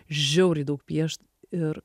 žiauriai daug piešt ir